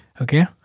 Okay